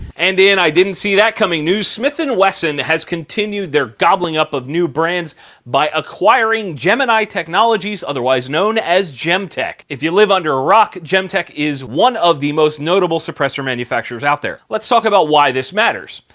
and in i didn't see that coming news, smith and wesson has continued their gobbling up of new brands by acquiring gemini technologies otherwise known as gemtech. if you live under a rock, gemtech is one of the most notable suppressor manufacturers out there. let's talk about why this matters.